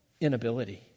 inability